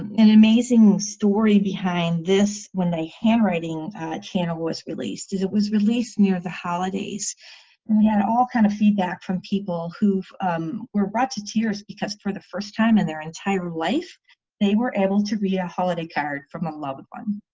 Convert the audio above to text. an amazing story behind this when they hand writing channel was released as it was released near the holidays and we had all kind of feedback from people who were brought to tears because for the first time in their entire life they were able to read a holiday card from a loved one.